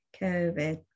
COVID